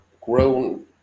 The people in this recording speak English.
grown